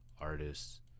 artists